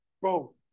Bro